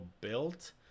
built